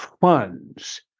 funds